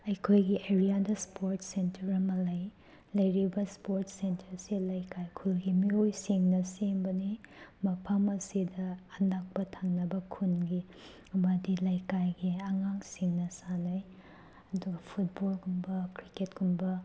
ꯑꯩꯈꯣꯏꯒꯤ ꯑꯦꯔꯤꯌꯥꯗ sport centre ꯑꯃ ꯂꯩ ꯂꯩꯔꯤꯕ ꯏꯁꯄꯣꯔꯠ ꯁꯦꯟꯇꯔꯁꯦ ꯂꯩꯀꯥꯏ ꯈꯨꯟꯒꯤ ꯃꯤꯑꯣꯏꯁꯤꯡꯅ ꯁꯦꯝꯕꯅꯤ ꯃꯐꯝ ꯑꯁꯤꯗ ꯑꯅꯛꯄ ꯊꯪꯅꯕ ꯈꯨꯟꯒꯤ ꯑꯃꯗꯤ ꯂꯩꯀꯥꯏꯒꯤ ꯑꯉꯥꯡꯁꯤꯡꯅ ꯁꯥꯟꯅꯩ ꯑꯗꯨꯒ ꯐꯨꯠꯕꯣꯜꯒꯨꯝꯕ ꯀ꯭ꯔꯤꯛꯀꯦꯠꯀꯨꯝꯕ